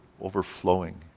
overflowing